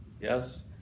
Yes